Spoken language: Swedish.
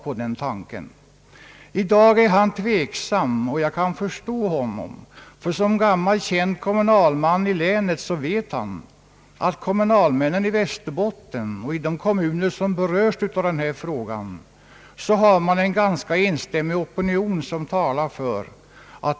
I dag är han tveksam, och jag kan förstå honom, ty som gammal känd kommunalman i länet vet han att kommunalmännen i Västerbotten och de kommuner som berörs av denna fråga har en ganska enstämmig opinion.